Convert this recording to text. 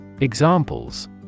Examples